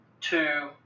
two